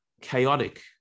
chaotic